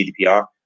gdpr